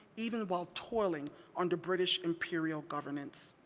even while toiling under british imperial governance.